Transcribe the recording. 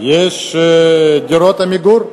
יש דירות "עמיגור",